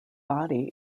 body